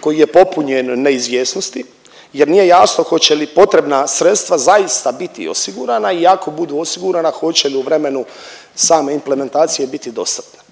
koji je popunjen neizvjesnosti, jer nije jasno hoće li potrebna sredstva zaista biti osigurana i ako budu osigurana hoće li u vremenu same implementacije biti dostatna.